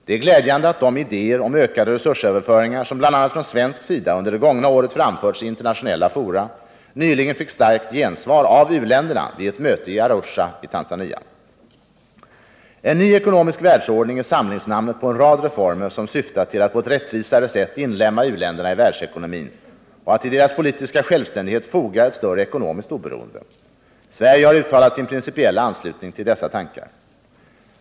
Det är glädjande att de idéer om ökade resursöverföringar, som bl.a. från svensk sida under det gångna året framförts i internationella fora, nyligen fick starkt gensvar av u-länderna vid ett möte i Arusha i Tanzania. En ny ekonomisk världsordning är samlingsnamnet på en rad reformer, som syftar till att på ett rättvisare sätt inlemma u-länderna i världsekonomin och att till deras politiska självständighet foga ett större ekonomiskt oberoende. Sverige har uttalat sin principiella anslutning till dessa tankar.